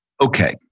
Okay